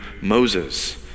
Moses